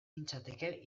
nintzateke